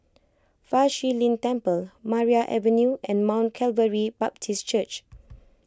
Fa Shi Lin Temple Maria Avenue and Mount Calvary Baptist Church